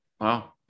Wow